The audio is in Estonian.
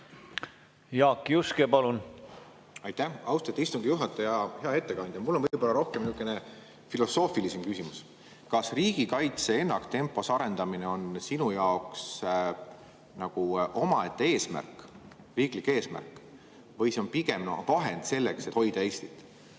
Jaak Juske, palun! Aitäh, austatud istungi juhataja! Hea ettekandja! Mul on rohkem võib-olla sihukene filosoofilisem küsimus. Kas riigikaitse ennaktempos arendamine on sinu jaoks nagu omaette eesmärk, riiklik eesmärk, või see on pigem vahend selleks, et hoida Eestit?